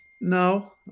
no